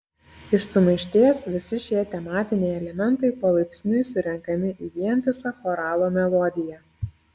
iš sumaišties visi šie tematiniai elementai palaipsniui surenkami į vientisą choralo melodiją